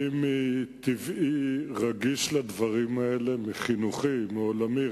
אני מטבעי רגיש לדברים האלה, מחינוכי, מעולמי.